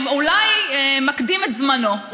אולי מקדים את זמנו.